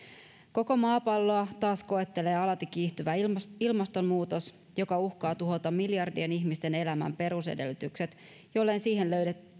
koko maapalloa taas koettelee alati kiihtyvä ilmastonmuutos joka uhkaa tuhota miljardien ihmisten elämän perusedellytykset jollei siihen